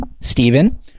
Stephen